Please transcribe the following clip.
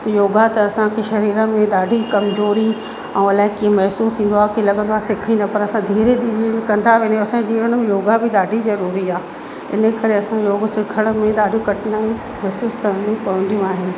त योगा त असांखे शरीर में ॾाढी कमज़ोरी ऐं अलाए कीअं महसूसु थींदो आहे कि लॻंदो आहे सिखी न पर असां धीरे धीरे कंदा वञू असां जीवण में योगा बि ॾाढी ज़रूरी आहे इन करे असां योग सिखण में ॾाढो कठिनाइयूं महसूसु करिणी पवंदियूं आहिनि